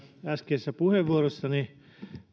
äskeisessä puheenvuorossani